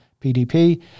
PDP